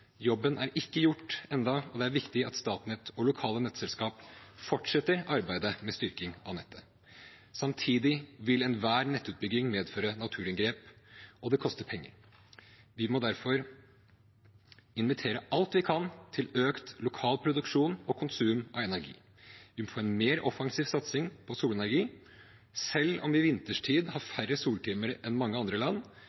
Jobben er ikke gjort ennå, og det er viktig at Statnett og lokale nettselskaper fortsetter arbeidet med styrking av nettet. Samtidig vil enhver nettutbygging medføre naturinngrep, og det koster penger. Vi må derfor invitere – alt vi kan – til økt lokal produksjon og konsum av energi. Vi må få en mer offensiv satsing på solenergi. Selv om vi vinterstid har